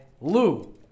lou